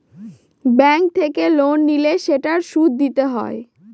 bank থেকে loan নিলে সেটার সুদ দিতে হয়